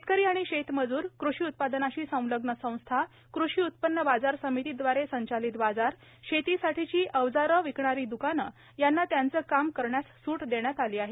शेतकरी आणि शेतमजूर कृषी उत्पादनाशी संलग्न संस्था कृषि उत्पन्न बाजार समितीद्वारे संचालित बाजार शेतीसाठीची अवजारे विकणारी द्कानं यांना त्यांचं काम करण्यास सूट देण्यात आली आहे